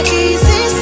easy